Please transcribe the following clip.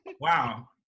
wow